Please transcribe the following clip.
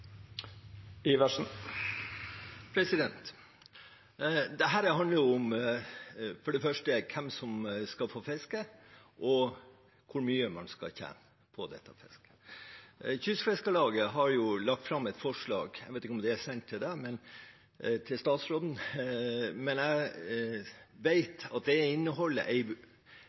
det. Dette handler for det første om hvem som skal få fiske, og hvor mye man skal tjene på dette fisket. Kystfiskarlaget har lagt fram et forslag. Jeg vet ikke om det er sendt til statsråden, men jeg vet at innholdet er i samsvar med det